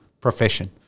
profession